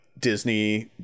disney